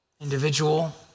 individual